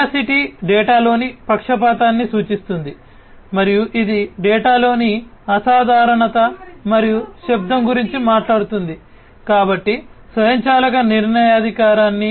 veracity డేటాలోని పక్షపాతాన్ని కలిగి ఉన్న ప్రోగ్రామ్లలో ఇది ముఖ్యం